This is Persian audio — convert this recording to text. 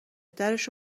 درش